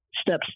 Steps